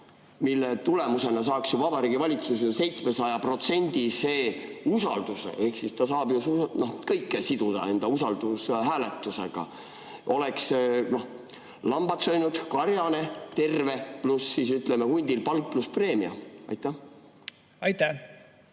mille tulemusena saaks ju Vabariigi Valitsus 700%‑lise usalduse. Ta saab ju kõike siduda usaldushääletusega. Oleks lambad söönud, karjane terve, pluss hundil palk pluss preemia. Aitäh!